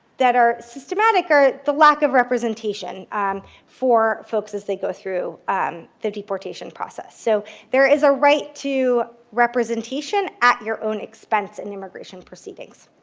that are systematic are the lack of representation for folks as they go through um the deportation process. so there is a right to representation at your own expense in immigration proceedings.